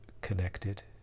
connected